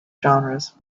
genres